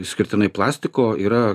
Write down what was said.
išskirtinai plastiko yra